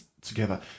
together